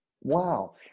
Wow